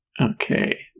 Okay